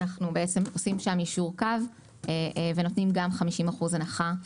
אנחנו עושים שם יישור קו ונותנים גם 50% הנחה.